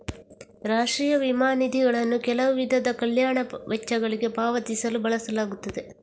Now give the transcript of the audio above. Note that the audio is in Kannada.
ರಾಷ್ಟ್ರೀಯ ವಿಮಾ ನಿಧಿಗಳನ್ನು ಕೆಲವು ವಿಧದ ಕಲ್ಯಾಣ ವೆಚ್ಚಗಳಿಗೆ ಪಾವತಿಸಲು ಬಳಸಲಾಗುತ್ತದೆ